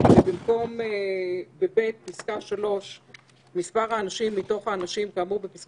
3 כבר הוטמעה בנוסח.